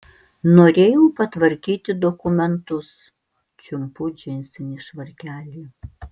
norėjau patvarkyti dokumentus čiumpu džinsinį švarkelį